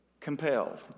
Compelled